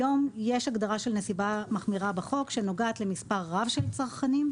היום יש הגדרה של נסיבה מחמירה בחוק שנוגעת למספר רב של צרכנים,